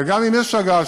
וגם אם יש הגעה,